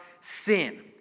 sin